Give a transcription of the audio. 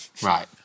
Right